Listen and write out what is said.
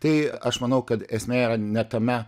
tai aš manau kad esmė yra ne tame